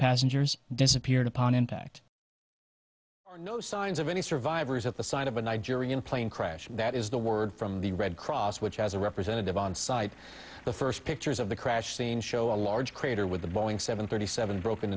passengers disappeared upon impact no signs of any survivors at the site of a nigerian plane crash that is the word from the red cross which has a representative on site the first pictures of the crash scene show a large crater with a boeing seven thirty seven broken